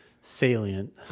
salient